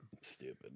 Stupid